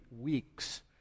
weeks